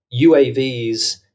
UAVs